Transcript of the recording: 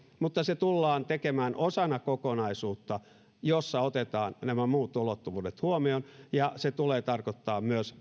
mutta se tullaan tekemään osana kokonaisuutta jossa otetaan nämä muut ulottuvuudet huomioon ja se tulee tarkoittamaan myös